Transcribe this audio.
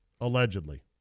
Allegedly